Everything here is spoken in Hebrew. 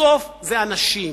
בסוף זה אנשים,